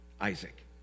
Isaac